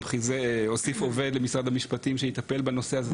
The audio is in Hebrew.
הוא גם הוסיף עובד למשרד המשפטים שיטפל בנושא הזה.